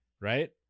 right